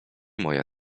moja